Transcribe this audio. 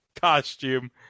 costume